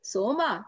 Soma